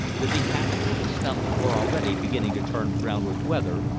the decapitated stumps were already beginning to turn brown with weather,